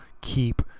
keep